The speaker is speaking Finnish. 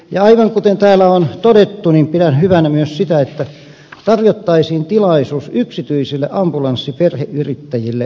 ja aivan kuten täällä on todettu pidän hyvänä myös sitä että tarjottaisiin tilaisuus yksityisille ambulanssiperheyrittäjille jatkossakin